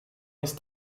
ist